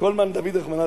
"כל מאן דעביד רחמנא,